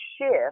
shift